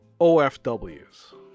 OFWs